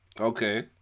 okay